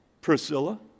Priscilla